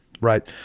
right